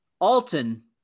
alton